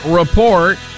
report